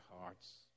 hearts